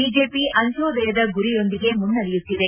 BJP ಅಂತ್ಯೋದಯದ ಗುರಿಯೊಂದಿಗೆ ಮುನ್ನಡೆಯುತ್ತಿದೆ